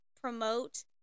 promote